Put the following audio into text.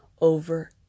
over